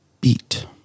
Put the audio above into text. Beat